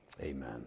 Amen